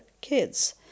kids